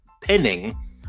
pinning